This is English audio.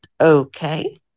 Okay